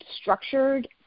structured